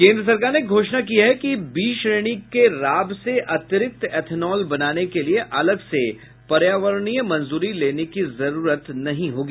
केन्द्र सरकार ने घोषणा की है कि बी श्रेणी के राब से अतिरिक्त एथेनॉल बनाने के लिए अलग से पर्यावरणीय मंजूरी लेने की जरूरत नहीं होगी